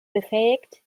befähigt